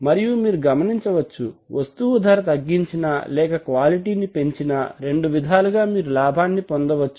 మరియు మీరు గమనించవచ్చు వస్తువు ధర తగ్గించినా లేక క్వాలిటీ ని పెంచినా రెండు విధాలుగా మీరు లాభాన్ని పొందవచ్చు